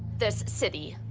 this city,